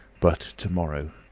but to-morrow.